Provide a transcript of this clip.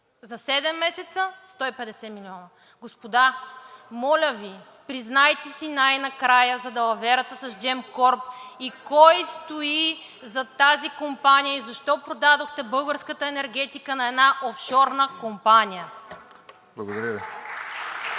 седем месеца – 150 милиона. Господа, моля Ви, признайте си най-накрая за далаверата с Gemcorp и кой стои зад тази компания и защо продадохте българската енергетика на една офшорна компания. (Ръкопляскания